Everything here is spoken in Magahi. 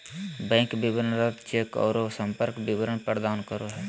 बैंक विवरण रद्द चेक औरो संपर्क विवरण प्रदान करो हइ